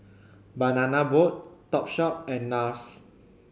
Banana Boat Topshop and Nars